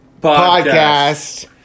Podcast